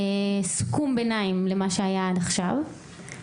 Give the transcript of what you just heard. סיכום ביניים למה שהיה עד עכשיו.